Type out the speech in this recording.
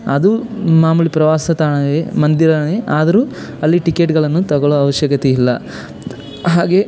ಅದು ಮಾಮುಲಿ ಪ್ರವಾಸ ತಾಣವೇ ಮಂದಿರವೇ ಆದರೂ ಅಲ್ಲಿ ಟಿಕೆಟ್ಗಳನ್ನು ತಗೊಳ್ಳೋ ಅವಶ್ಯಕತೆ ಇಲ್ಲ ಹಾಗೆಯೇ